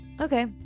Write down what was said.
okay